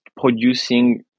producing